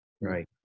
right